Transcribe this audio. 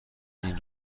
این